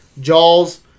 Jaws